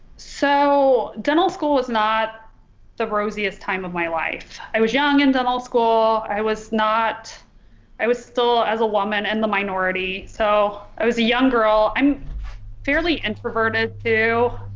so dental school was not the rosiest time of my life i was young in dental school i was not i was still as a woman and the minority, so i was a young girl i'm fairly introverted too